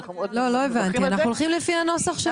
זהר, הולכים לפי הנוסח של